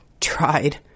Tried